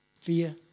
Fear